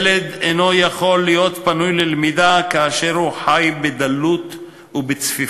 ילד אינו יכול להיות פנוי ללמידה כאשר הוא חי בדלות ובצפיפות.